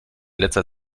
letzter